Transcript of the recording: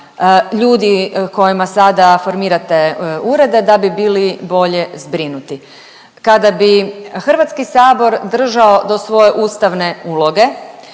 ljudi kojima sada formirate urede, da bi bili bolje zbrinuti. Kada bi HS držao do svoje ustavne uloge,